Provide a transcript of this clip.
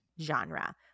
genre